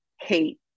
hate